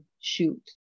shoot